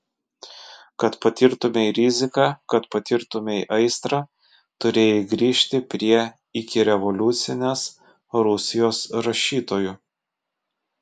kad patirtumei riziką kad patirtumei aistrą turėjai grįžti prie ikirevoliucinės rusijos rašytojų